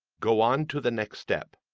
go on to the next step.